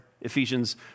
Ephesians